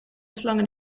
slangen